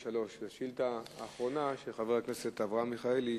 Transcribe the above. השאילתא האחרונה היא של חבר הכנסת אברהם מיכאלי,